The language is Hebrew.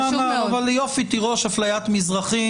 יופי תירוש, אפליית מזרחים